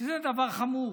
שזה דבר חמור,